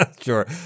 Sure